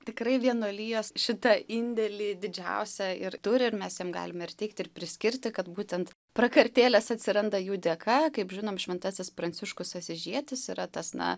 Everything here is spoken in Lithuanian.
tikrai vienuolijos šitą indėlį didžiausią ir turi ir mes jiem galime ir teikti ir priskirti kad būtent prakartėlės atsiranda jų dėka kaip žinom šventasis pranciškus asyžietis yra tas na